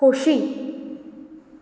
खोशी